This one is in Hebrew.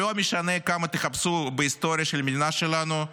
לא משנה כמה תחפשו בהיסטוריה של המדינה שלנו,